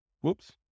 Whoops